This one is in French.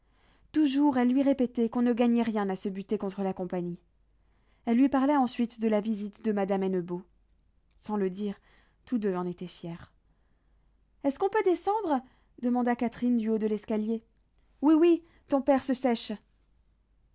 toujours elle lui répétait qu'on ne gagnait rien à se buter contre la compagnie elle lui parla ensuite de la visite de madame hennebeau sans le dire tous deux en étaient fiers est-ce qu'on peut descendre demanda catherine du haut de l'escalier oui oui ton père se sèche